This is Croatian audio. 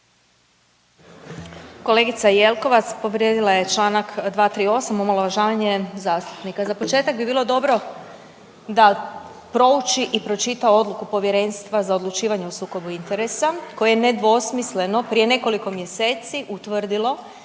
Kolegica Jelkovac povrijedila je čl. 238, omalovažavanje zastupnika. Za početak bi bilo dobro da prouči i pročita odluku Povjerenstva za odlučivanje o sukobu interesa koje je nedvosmisleno prije nekoliko mjeseci utvrdilo